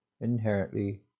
inherently